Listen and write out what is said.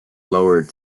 lowered